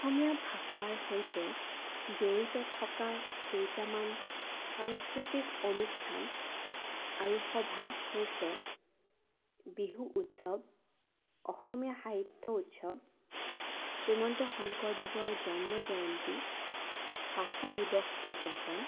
অসমীয়া ভাষাৰ সৈতে জড়িত থকা কেইটামান সাংস্কৃতিক অনুষ্ঠান আৰু সভা হৈছে বিহু উৎসৱ অসমীয়া সাহিত্য উৎসৱ শ্ৰীমন্ত শংকৰদেৱৰ জন্ম জয়ন্তী ভাষা দিৱস উদযাপন